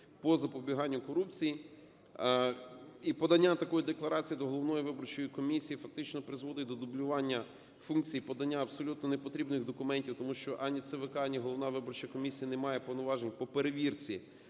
по запобіганню корупції, і подання такої декларації до головної виборчої комісії фактично призводить до дублювання функції подання абсолютно непотрібних документів, тому що ані ЦВК, ані головна виборча комісія не має повноважень по перевірці